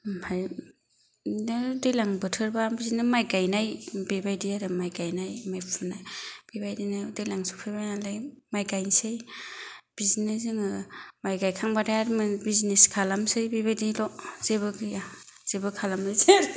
ओमफ्राय बिदिनो दैज्लां बोथोरब्ला बिदिनो माइ गायनाय बेबायदि आरो माइ गायनाय माइ फुनाय बेबायदिनो दैज्लां सौफैबाय नालाय माइ गायनोसै बिदिनो जोङो माइ गायखांब्लाथाय बिजिनेस खालामनोसै बेबादिल' जेबो खालामनाय जाया